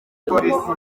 polisi